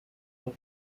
for